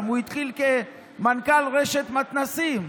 הוא התחיל כמנכ"ל רשת מתנ"סים,